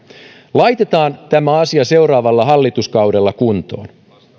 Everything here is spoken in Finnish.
laitetaan tämä asia seuraavalla hallituskaudella kuntoon